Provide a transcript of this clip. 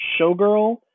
showgirl